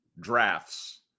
drafts